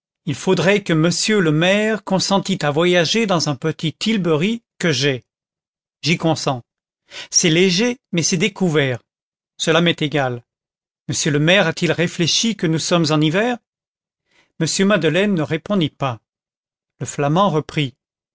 il faudrait que monsieur le maire consentît à voyager dans un petit tilbury que j'ai j'y consens c'est léger mais c'est découvert cela m'est égal monsieur le maire a-t-il réfléchi que nous sommes en hiver m madeleine ne répondit pas le flamand reprit